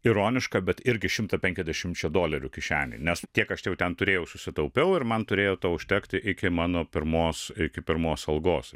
ironiška bet irgi šimta penkiasdešimčia dolerių kišenėje nes tiek aš jau ten turėjau susitaupiau ir man turėjo to užtekti iki mano pirmos iki pirmos algos